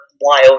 wild